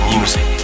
Music